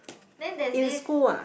then there is this